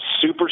super